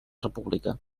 república